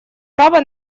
право